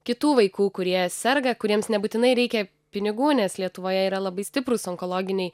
kitų vaikų kurie serga kuriems nebūtinai reikia pinigų nes lietuvoje yra labai stiprūs onkologiniai